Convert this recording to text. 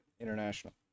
international